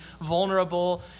vulnerable